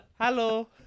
Hello